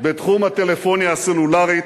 בתחום הטלפוניה הסלולרית,